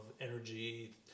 energy